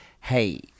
hey